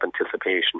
anticipation